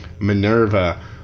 Minerva